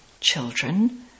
Children